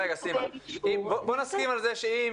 סימה, בואי נסכים על זה שאם